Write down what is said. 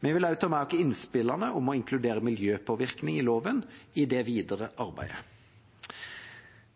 vil også ta med oss innspillene om å inkludere miljøpåvirkning i loven i det videre arbeidet.